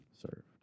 served